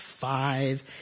five